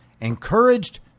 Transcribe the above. encouraged